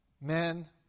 men